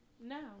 No